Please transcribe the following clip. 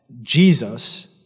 jesus